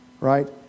right